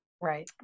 Right